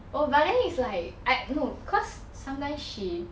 oh but then it's like I no cause sometimes she